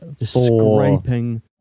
scraping